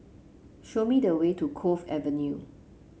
show me the way to Cove Avenue